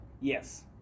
Yes